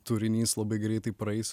turinys labai greitai praeis